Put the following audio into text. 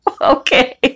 okay